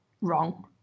wrong